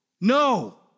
no